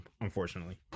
unfortunately